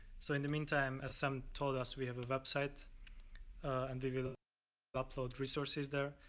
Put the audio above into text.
so in the meantime as sam told us we have a website and we will upload resources there.